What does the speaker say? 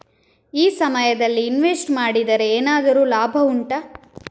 ಈ ಸಮಯದಲ್ಲಿ ಇನ್ವೆಸ್ಟ್ ಮಾಡಿದರೆ ಏನಾದರೂ ಲಾಭ ಉಂಟಾ